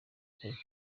kabiri